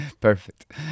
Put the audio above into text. Perfect